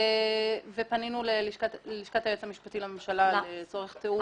פנינו ללשכת היועץ המשפטי לממשלה לצורך תיאום.